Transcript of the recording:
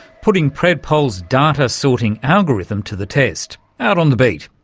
putting predpol's data-sorting algorithm to the test out on the beat,